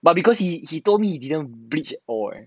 but because he he told me he didn't bleach all